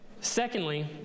Secondly